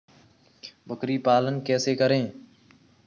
बकरी पालन कैसे करें?